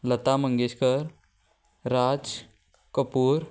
Lata Mangeshkar Raj Kapoor